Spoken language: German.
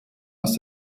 aus